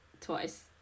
twice